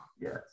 Yes